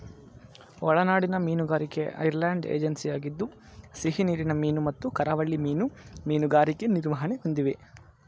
ಒಳನಾಡಿನ ಮೀನುಗಾರಿಕೆ ಐರ್ಲೆಂಡ್ ಏಜೆನ್ಸಿಯಾಗಿದ್ದು ಸಿಹಿನೀರಿನ ಮೀನು ಮತ್ತು ಕರಾವಳಿ ಮೀನು ಮೀನುಗಾರಿಕೆ ನಿರ್ವಹಣೆ ಹೊಂದಿವೆ